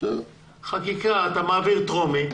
חקיקה שאתה מעביר טרומית,